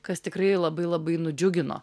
kas tikrai labai labai nudžiugino